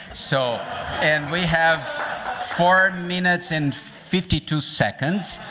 so and we have four minutes and fifty two seconds.